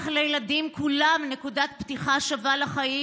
לילדים כולם נקודת פתיחה שווה לחיים.